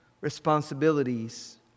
responsibilities